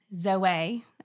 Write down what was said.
Zoe